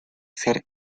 ser